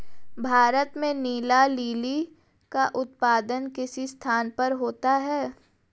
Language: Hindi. भारत में नीला लिली का उत्पादन किस स्थान पर होता है?